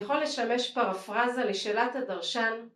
יכול לשמש פרפרזה לשאלת הדרשן